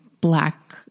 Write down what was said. black